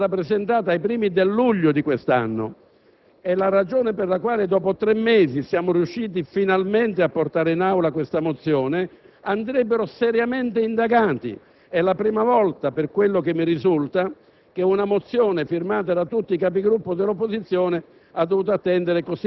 da me), è stata aggiornata ad oggi perché era stata presentata a luglio di quest'anno. La ragione per la quale dopo tre mesi siamo riusciti finalmente a portare in Aula quella mozione andrebbero seriamente indagati. È la prima volta, per quello che mi risulta,